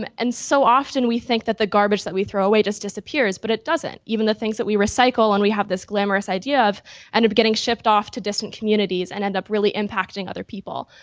um and so often we think that the garbage that we throw away just disappears, but it doesn't even the things that we recycle. and we have this glamorous idea of end and up getting shipped off to different communities and end up really impacting other people.